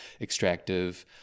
extractive